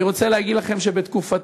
אני רוצה להגיד לכם שבתקופתו,